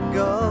go